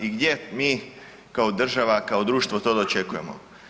I gdje mi kao država, kao društvo to dočekujemo?